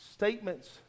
statements